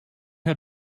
how